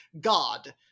God